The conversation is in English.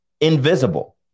invisible